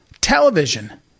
television